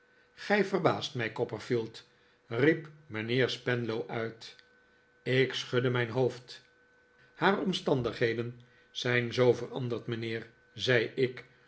gij verbaast mij copperfield riep mijnheer spenlow uit ik schudde mijn hoofd haar omstandigheden zijn zoo veranderd mijnheer zei ik